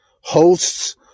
hosts